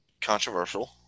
controversial